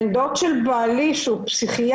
בן דוד של בעלי, שהוא פסיכיאטר,